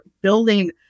building